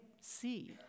see